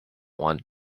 one